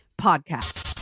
podcast